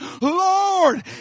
Lord